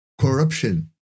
corruption